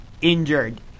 injured